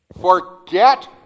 Forget